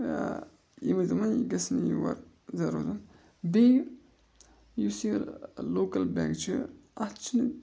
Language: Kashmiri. یِم ٲس دَپان یہِ گسنہٕ یور زا روزُن بیٚیہِ یُس یہِ لوکَل بیگ چھُ اَتھ چھُنہٕ